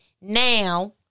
Now